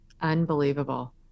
Unbelievable